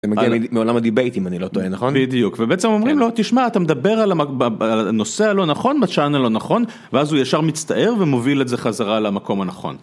מגיע אהמ.. מעולם הדיבייט אם אני לא טועה נכון בדיוק ובעצם אומרים לו תשמע אתה מדבר על הב.. ב.. נושא הלא נכון בצ'אנל הנכון ואז הוא ישר מצטער ומוביל את זה חזרה למקום הנכון.